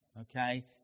okay